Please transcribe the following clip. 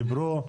דיברו.